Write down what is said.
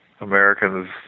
Americans